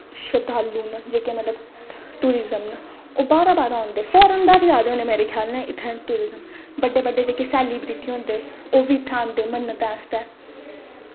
जेह्के शरधालू न जेह्के मतलब टुरिज़म न ओह् बाहरा बाहरा दा आंदे ते फॉरेन दा बी आये दे होने इत्थें मतलब टुरिस्ट बड्डे बड्डे जेह्के सेलीब्रिटी होंदे ओह्बी इत्थें आंदे मन्नत आस्तै